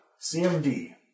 CMD